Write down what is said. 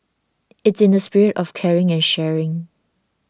it's in the spirit of caring and sharing